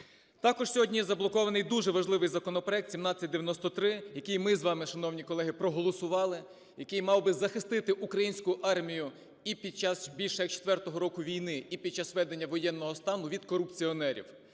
Також сьогодні заблокований дуже важливий законопроект 1793, який ми з вами, шановні колеги, проголосували, який мав би захистити українську армію і під час більше як четвертого року війни, і під час введення воєнного стану від корупціонерів.